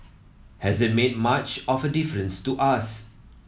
hasn't made much of a difference to us